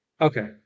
Okay